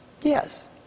Yes